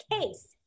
case